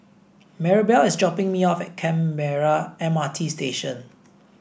Marybelle is dropping me off at Canberra M R T Station